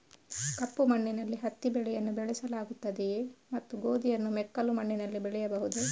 ಕಪ್ಪು ಮಣ್ಣಿನಲ್ಲಿ ಹತ್ತಿ ಬೆಳೆಯನ್ನು ಬೆಳೆಸಲಾಗುತ್ತದೆಯೇ ಮತ್ತು ಗೋಧಿಯನ್ನು ಮೆಕ್ಕಲು ಮಣ್ಣಿನಲ್ಲಿ ಬೆಳೆಯಬಹುದೇ?